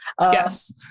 yes